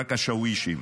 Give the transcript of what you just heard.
רק השאווישים.